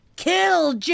Kill